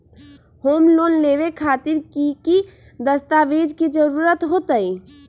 Home loan लेबे खातिर की की दस्तावेज के जरूरत होतई?